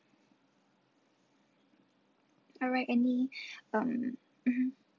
alright any um mmhmm